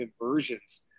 inversions